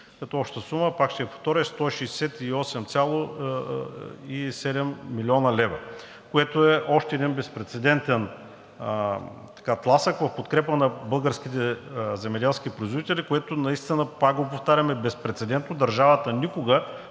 Общата сума, пак ще Ви я повторя, е 168,7 млн. лв., което е още един безпрецедентен тласък в подкрепа на българските земеделски производители, което наистина, пак го повтарям, е безпрецедентно – държавата никога